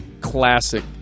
Classic